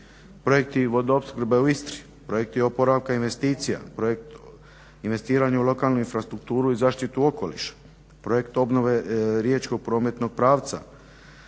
projekti vodoopskrbe u Istri, projekti oporavka investicija, projekt investiranja u lokalnu infrastrukturu i zaštitu okoliša, projekt obnove riječkog prometnog pravca,